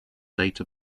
data